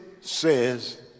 says